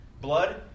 blood